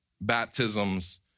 baptisms